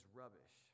rubbish